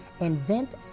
invent